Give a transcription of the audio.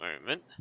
moment